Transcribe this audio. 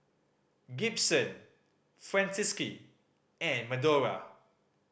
Gibson Francisqui and Medora